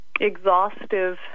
Exhaustive